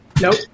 Nope